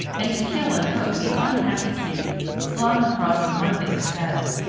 and to kill and cook the unhappy kid slung across the mudbake's saddle.